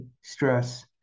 stress